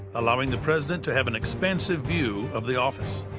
allowing the president to have an expansive view of the office.